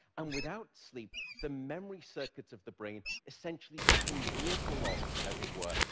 and without sleep, the memory circuits of the brain essentially become waterlogged, as it were,